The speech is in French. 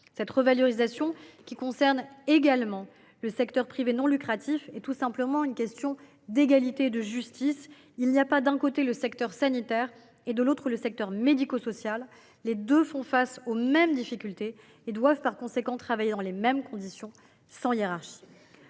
Cette revalorisation, qui concerne également le secteur privé non lucratif, est tout simplement une mesure d’égalité et de justice. En effet, il n’y a pas d’un côté le secteur sanitaire, de l’autre le secteur médico social. Les deux font face aux mêmes difficultés et doivent par conséquent travailler dans les mêmes conditions, sans hiérarchie.